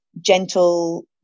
gentle